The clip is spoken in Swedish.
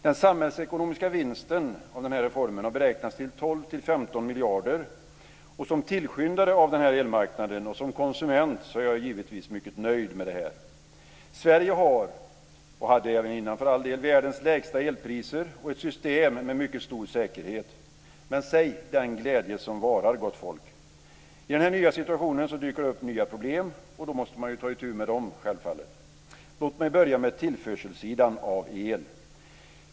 Den samhällsekonomiska vinsten av den här reformen har beräknats till 12-15 miljarder, och som tillskyndare av den här elmarknaden och som konsument är jag givetvis mycket nöjd med det här. Sverige har världens lägsta elpriser och ett system med mycket stor säkerhet - det hade man för all del även tidigare. Men säg den glädje som varar, gott folk! I den här nya situationen dyker det upp nya problem, och då måste man självfallet ta itu med dem. Jag ska börja med att ta upp tillförseln av el.